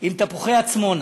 עם "תפוחי עצמונה".